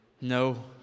No